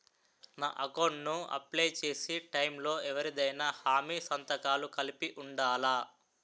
నా అకౌంట్ ను అప్లై చేసి టైం లో ఎవరిదైనా హామీ సంతకాలు కలిపి ఉండలా?